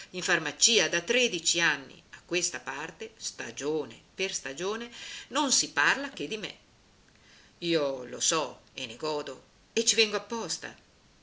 in farmacia da tredici anni a questa parte stagione per stagione non si parla che di me io lo so e ne godo e ci vengo apposta